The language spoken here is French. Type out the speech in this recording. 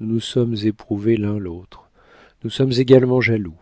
nous sommes éprouvés l'un l'autre nous sommes également jaloux